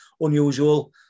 unusual